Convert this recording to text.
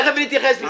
תיכף נתייחס לזה.